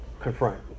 confront